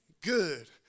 Good